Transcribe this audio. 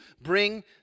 bring